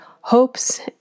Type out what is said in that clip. hopes